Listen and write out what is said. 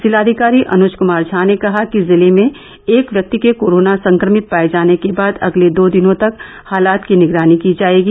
जिलाधिकारी अनुज कुमार झा ने कहा कि जिले में एक व्यक्ति के कोराना संक्रमित पाए जाने के बाद अगले दो दिनों तक हालात की निगरानी की जाएगी